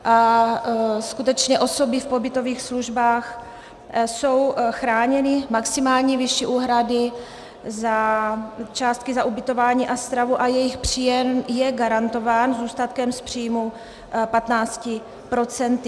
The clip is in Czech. A skutečně osoby v pobytových službách jsou chráněny maximální výší úhrady částky za ubytování a stravu a jejich příjem je garantován zůstatkem z příjmu 15 procenty.